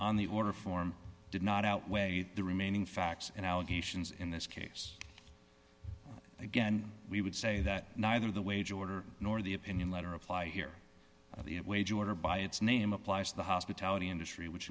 on the order form did not outweigh the remaining facts and allegations in this case again we would say that neither the wage order nor the opinion letter apply here the wage order by its name applies to the hospitality industry which